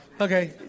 Okay